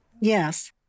Yes